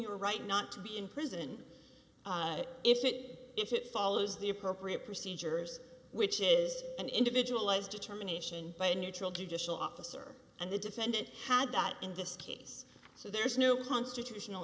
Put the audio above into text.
a right not to be in prison if it if it follows the appropriate procedures which is an individual lies determination by a neutral conditional officer and the defendant had that in this case so there is no constitutional